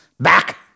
Back